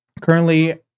currently